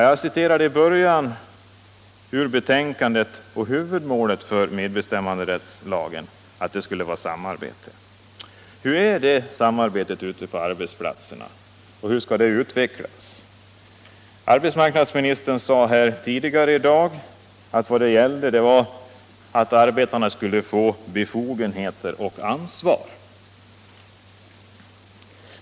Jag citerade i början ur betänkandet att huvudmålet för medbestämmanderättslagen skulle vara samarbete. Hur är det samarbetet ute på arbetsplatserna? Och hur skall det utvecklas? Arbetsmarknadsministern sade här tidigare i dag att vad det gäller är att arbetarna skall få befogenheter och ansvar.